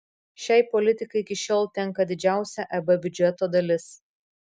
šiai politikai iki šiol tenka didžiausia eb biudžeto dalis